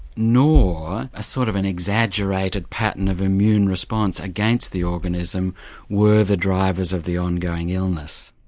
nor a sort of an exaggerated pattern of immune response against the organism were the drivers of the ongoing illness.